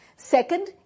Second